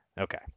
Okay